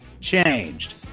changed